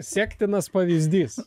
sektinas pavyzdys